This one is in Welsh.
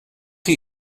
chi